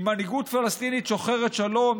עם מנהיגות פלסטינית שוחרת שלום,